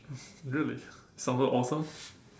really sounded awesome